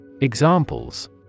Examples